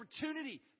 opportunity